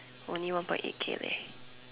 only one point eight K leh